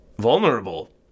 vulnerable